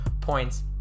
points